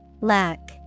Lack